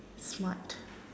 smart